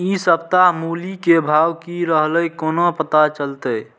इ सप्ताह मूली के भाव की रहले कोना पता चलते?